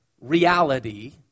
reality